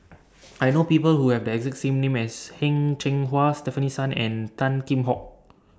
I know People Who Have The exact same name as Heng Cheng Hwa Stefanie Sun and Tan Kheam Hock